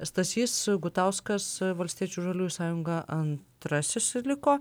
stasys gutauskas valstiečių žaliųjų sąjunga antrasis liko